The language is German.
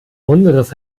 unseres